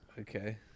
Okay